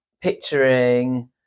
picturing